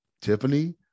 Tiffany